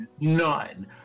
none